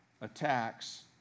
attacks